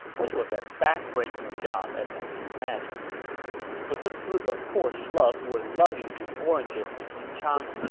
which was as backbreaking a job as you can imagine so this group of poor schlubs were lugging these oranges to xuchang.